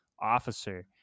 officer